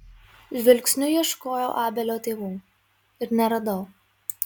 žvilgsniu ieškojau abelio tėvų ir neradau